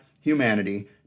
humanity